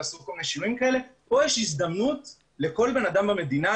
תעשו כל מיני שינויים כאלה פה יש הזדמנות לכל אדם במדינה,